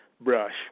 brush